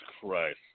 Christ